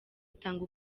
atanga